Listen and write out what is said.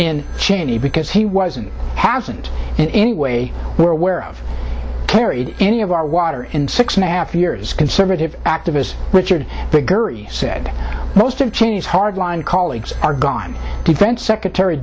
in cheney because he wasn't hasn't in any way we're aware of carried any of our water in six and a half years conservative activists richard viguerie said most of kenya's hard line colleagues are gone defense secretary